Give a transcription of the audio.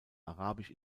arabisch